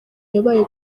yabaye